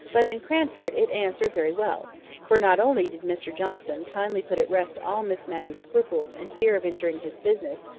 but in cranford it answered very well for not only did mr johnson kindly put at rest all miss matty's scruples and fear of injuring his business,